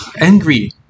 angry